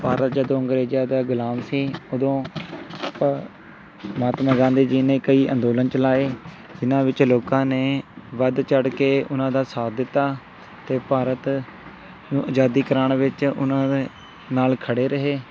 ਭਾਰਤ ਜਦੋਂ ਅੰਗਰੇਜਾਂ ਦਾ ਗੁਲਾਮ ਸੀ ਉਦੋਂ ਮਹਾਤਮਾ ਗਾਂਧੀ ਜੀ ਨੇ ਕਈ ਅੰਦੋਲਨ ਚਲਾਏ ਇਹਨਾਂ ਵਿੱਚ ਲੋਕਾਂ ਨੇ ਵੱਧ ਚੜ ਕੇ ਉਹਨਾਂ ਦਾ ਸਾਥ ਦਿੱਤਾ ਅਤੇ ਭਾਰਤ ਨੂੰ ਆਜ਼ਾਦ ਕਰਾਉਣ ਵਿੱਚ ਉਹਨਾਂ ਦੇ ਨਾਲ ਖੜ੍ਹੇ ਰਹੇ